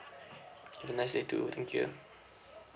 have a nice day too thank you ah